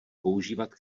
používat